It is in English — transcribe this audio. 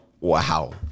Wow